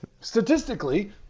statistically